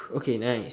okay then I